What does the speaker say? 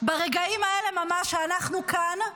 ברגעים האלה ממש, כשאנחנו כאן,